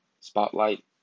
spotlight